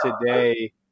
today